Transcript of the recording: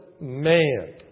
man